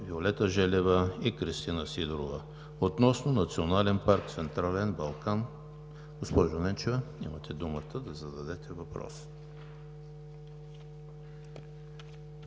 Виолета Желева и Кристина Сидорова относно Национален парк „Централен Балкан“. Госпожо Ненчева, имате думата да зададете въпроса.